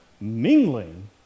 mingling